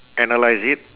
analyse it